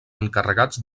encarregats